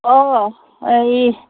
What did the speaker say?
অঁ এই